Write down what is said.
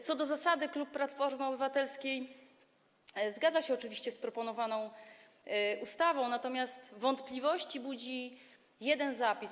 Co do zasady klub Platforma Obywatelska zgadza się oczywiście z proponowaną ustawą, natomiast wątpliwości budzi jeden zapis.